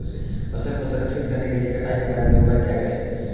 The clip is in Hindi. फसल को संरक्षित करने के लिए कटाई के बाद के उपाय क्या हैं?